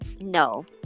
no